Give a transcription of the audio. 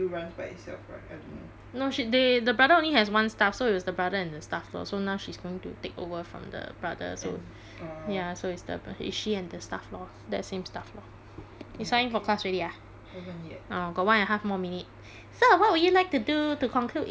no she they the brother only has one staff so it's the brother and the staff lor so now she's going to take over from the brother so ya so it's the b~ is she and the staff lor that same staff lor you sign in for class ready ah got one and a half more minute so what would like to do to conclude in the last [one] and a half minute of this chat